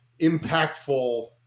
impactful